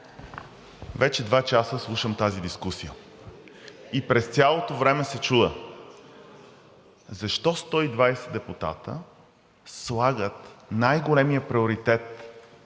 Вече два часа слушам тази дискусия и през цялото време се чудя защо 120 депутати слагат най-големия приоритет